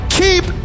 keep